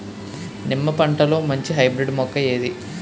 నిమ్మ పంటలో మంచి హైబ్రిడ్ మొక్క ఏది?